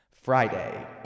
Friday